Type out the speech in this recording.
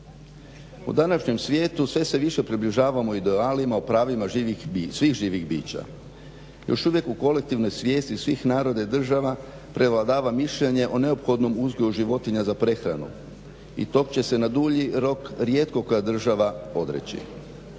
U današnjem svijetu sve se više približavamo idealima o pravima živih bića, svih živih bića. Još uvijek u kolektivnoj svijesti svih naroda i država prevladava mišljenje o neophodnom uzgoju životinja za prehranu i tog će se na dulji rok rijetko koja država odreći.